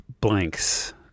blanks